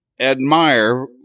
admire